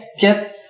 get